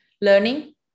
learning